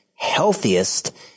healthiest